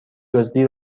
دزدی